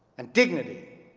and dignity.